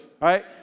right